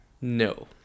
No